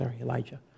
Elijah